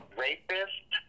rapist